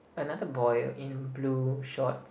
another boy in blue shorts